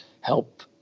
help